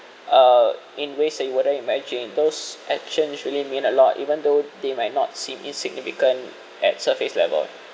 uh in ways that you wouldn't imagine those actions really mean a lot even though they might not seem insignificant at surface level